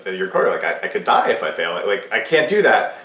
ah you're like, i could die if i fail. like, i can't do that.